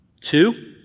two